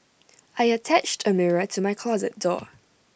I attached A mirror to my closet door